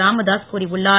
ராமதாஸ் கூறியுள்ளார்